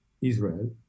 Israel